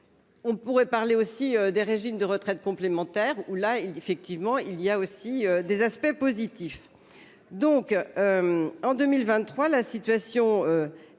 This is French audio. On pourrait parler aussi des régimes de retraites complémentaires où là effectivement il y a aussi des aspects positifs. Donc. En 2023, la situation est